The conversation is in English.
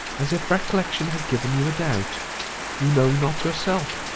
as if recollection had given you a doubt you know not yourself,